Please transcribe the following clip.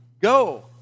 go